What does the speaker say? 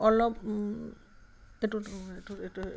অলপ এইটো এইটো এইটো